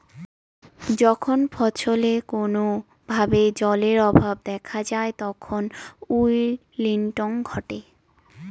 যখন ফছলে কোনো ভাবে জলের অভাব দেখা যায় তখন উইল্টিং ঘটে